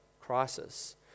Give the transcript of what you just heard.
crisis